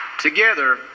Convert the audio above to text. Together